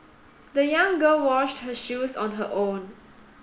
the young girl washed her shoes on her own